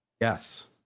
Yes